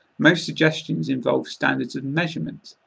most suggestions involve standards of measurement,